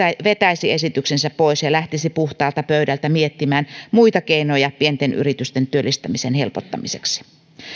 vetäisi esityksensä pois ja lähtisi puhtaalta pöydältä miettimään muita keinoja pienten yritysten työllistämisen helpottamiseksi